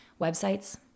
websites